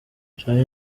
charly